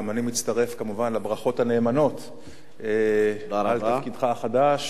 גם אני מצטרף כמובן לברכות הנאמנות על תפקידך החדש